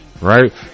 right